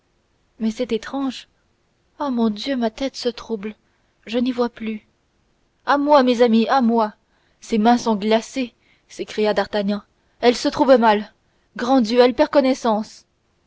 mais c'est étrange oh mon dieu ma tête se trouble je n'y vois plus à moi mes amis à moi ses mains sont glacées s'écria d'artagnan elle se trouve mal grand dieu elle perd connaissance